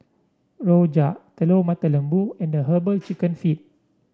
Rojak Telur Mata Lembu and herbal chicken feet